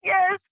Yes